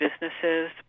businesses